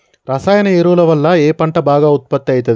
రసాయన ఎరువుల వల్ల ఏ పంట బాగా ఉత్పత్తి అయితది?